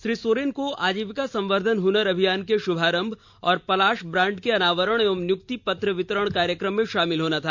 श्री सोरेन को आजीविका संवर्धन हनर अभियान के शुभारंभ और पलाश ब्रांड के अनावरण एवं नियुक्ति पत्र वितरण कार्यक्रम में शामिल होना था